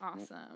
Awesome